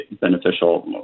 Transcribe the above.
beneficial